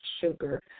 sugar